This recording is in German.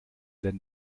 denn